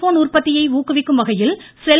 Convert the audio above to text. phone உற்பத்தியை ஊக்குவிக்கும்வகையில் செல்